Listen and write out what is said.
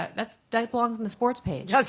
um that belongs in the sports page. ah